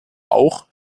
auch